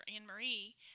Anne-Marie